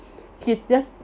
he just